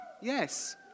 Yes